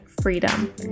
freedom